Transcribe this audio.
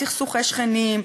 סכסוכי שכנים,